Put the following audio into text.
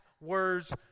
words